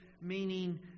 meaning